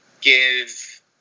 give